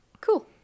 Cool